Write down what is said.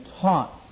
taught